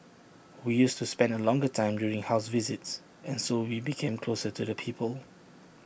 we used to spend A longer time during house visits and so we became closer to the people